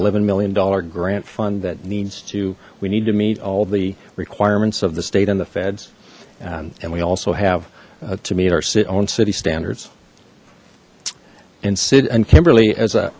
eleven million dollar grant fund that needs to we need to meet all the requirements of the state and the feds and we also have to meet our sit on city standards and sid and kimberly as